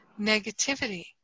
negativity